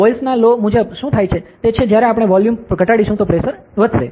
બોયલના લો મુજબ શું થાય છે તે છે જ્યારે આપણે વોલ્યુમ ઘટાડીશું પ્રેશર વધશે